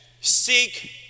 Seek